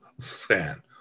fan